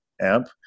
AMP